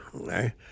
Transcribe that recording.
okay